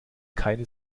keine